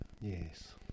Yes